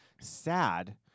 sad